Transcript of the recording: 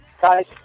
guys